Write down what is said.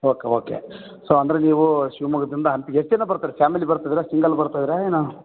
okay okay so ಅಂದರೆ ನೀವು ಶಿವಮೊಗ್ಗದಿಂದ ಹಂಪಿಗೆ ಎಷ್ಟು ಜನ ಬರ್ತಾರೆ ಫ್ಯಾಮ್ಲಿ ಬರ್ತಿದ್ದೀರಾ ಸಿಂಗಲ್ ಬರ್ತಾಯಿರ ಏನು